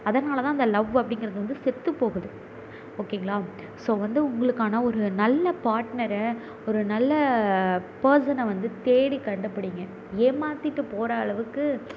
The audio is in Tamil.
அதனால் தான் அந்த லவ் அப்படிங்கிறது வந்து செத்துப் போகுது ஓகேங்களா ஸோ வந்து உங்களுக்கான ஒரு நல்ல பாட்னரை ஒரு நல்ல பெர்சனை வந்து தேடி கண்டுபிடியுங்க ஏமாத்திட்டுப் போகிற அளவுக்கு